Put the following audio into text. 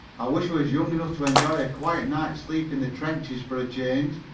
i wish i was young enough to enjoy a quiet night's sleep in the trenches for a change.